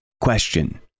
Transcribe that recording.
Question